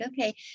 okay